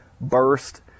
burst